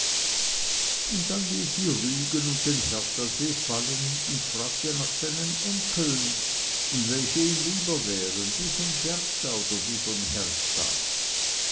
und dann ließ sie rügen und den herthasee fallen und fragte nach seinen enkeln und welche ihm lieber wären die von bertha oder die von hertha